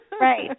Right